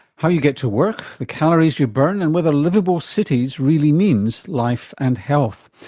how you get to work, the calories you burn and whether liveable cities really means life and health.